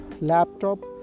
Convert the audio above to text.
laptop